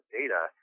data